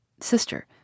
Sister